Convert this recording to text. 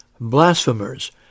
blasphemers